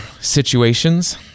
situations